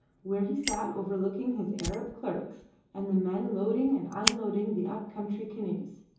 where he sat overlooking his arab clerks and the men loading and unloading the up-country canoes.